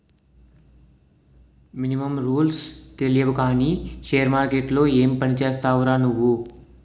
Minimum రూల్సే తెలియవు కానీ షేర్ మార్కెట్లో ఏం పనిచేస్తావురా నువ్వు?